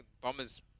Bombers